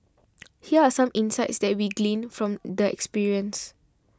here are some insights that we gleaned from the experience